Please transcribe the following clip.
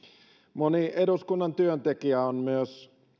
moni eduskunnan työntekijä on